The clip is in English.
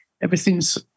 everything's